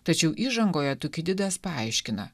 tačiau įžangoje toki didas paaiškina